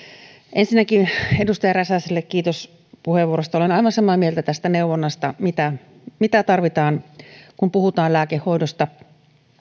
ensinnäkin edustaja räsäselle kiitos puheenvuorosta olen aivan samaa mieltä tästä neuvonnasta mitä mitä tarvitaan kun puhutaan lääkehoidosta